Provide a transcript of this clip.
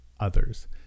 Others